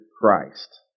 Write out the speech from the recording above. Christ